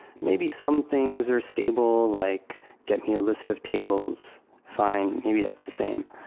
maybe some things are stable, like get me a list of tables. fine. maybe that's the same.